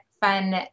fun